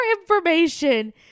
information